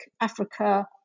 Africa